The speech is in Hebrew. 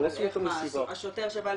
אנחנו לא עוזבים את המסיבה.